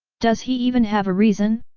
does he even have a reason?